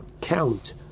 count